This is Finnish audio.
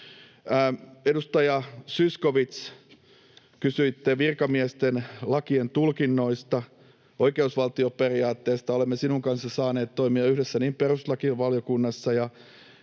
Edustaja Zyskowicz, kysyitte virkamiesten lakien tulkinnoista, oikeusvaltioperiaatteesta. Olen kanssanne saanut toimia yhdessä perustuslakivaliokunnassa,